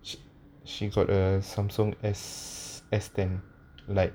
she got a samsung S S ten like